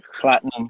Platinum